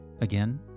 Again